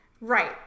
Right